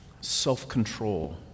self-control